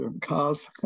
cars